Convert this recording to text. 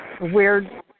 weird